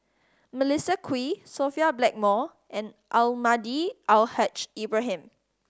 Melissa Kwee Sophia Blackmore and Almahdi Al Haj Ibrahim